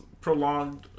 Prolonged